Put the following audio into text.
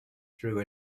through